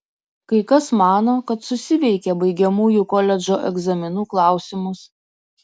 kai kas mano kad susiveikė baigiamųjų koledžo egzaminų klausimus